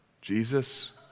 Jesus